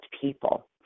people